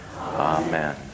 Amen